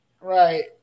right